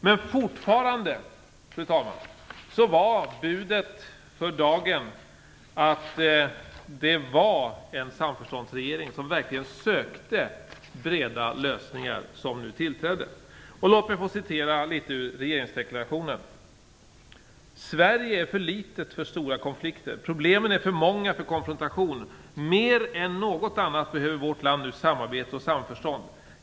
Men fortfarande var budet för dagen, fru talman, att det var en samförståndsregering som verkligen sökte breda lösningar som nu tillträdde. Låt mig få citera litet ur regeringsdeklarationen: "Sverige är för litet för stora konflikter, problemen är för många för konfrontation. Mer än något annat behöver vårt land nu samarbete och samförstånd.